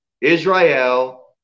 israel